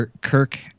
Kirk